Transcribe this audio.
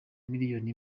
miliyoni